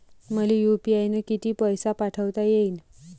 मले यू.पी.आय न किती पैसा पाठवता येईन?